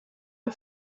amb